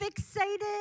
fixated